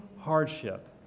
hardship